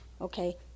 okay